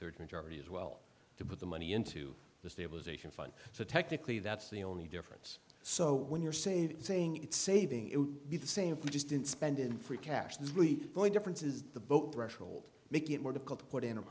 thirds majority as well to put the money into the stabilization fund so technically that's the only difference so when you're saved saying it's saving it would be the same for just didn't spend in free cash is really going to france is the boat threshold make it more difficult to put in